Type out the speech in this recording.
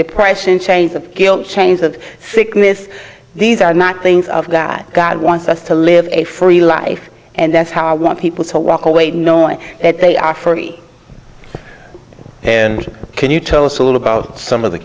depression chains of guilt chains of sickness these are not things of that god wants us to live a free life and that's how i want people to walk away knowing that they are free and can you tell us a little about some of the